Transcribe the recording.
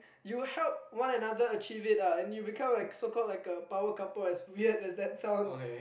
you help one another achieve it ah and you become like so called like a power couple as weird as that sounds